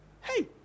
hey